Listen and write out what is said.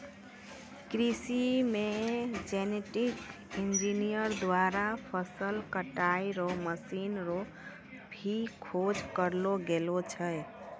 कृषि मे genetic engineer द्वारा फसल कटाई रो मशीन रो भी खोज करलो गेलो छै